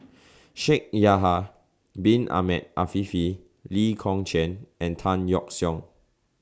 Shaikh Yahya Bin Ahmed Afifi Lee Kong Chian and Tan Yeok Seong